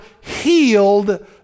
healed